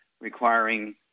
requiring